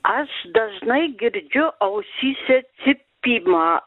aš dažnai girdžiu ausyse cypimą